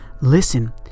Listen